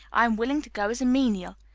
i am willing to go as a menial.